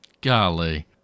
Golly